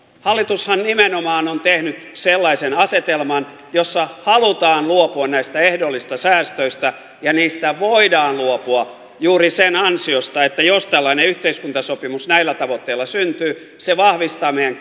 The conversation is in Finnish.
hallitushan nimenomaan on tehnyt sellaisen asetelman jossa halutaan luopua näistä ehdollisista säästöistä ja niistä voidaan luopua juuri sen ansiosta että jos tällainen yhteiskuntasopimus näillä tavoitteilla syntyy se vahvistaa meidän